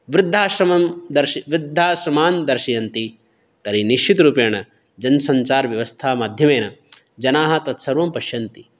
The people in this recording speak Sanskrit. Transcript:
वृद्धाश्रमं दर्श् वृद्धाश्रमान् दर्शयन्ति तर्हि निश्चितरूपेण जनसञ्चारव्यवस्था माध्यमेन जनाः तत् सर्वं पश्यन्ति